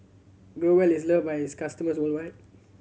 Growell is loved by its customers worldwide